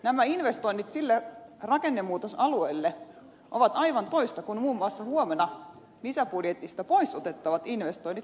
nämä investoinnit sille rakennemuutosalueelle ovat aivan toista kuin muun muassa huomenna lisäbudjetissa hallituksen toimesta pois otettavat investoinnit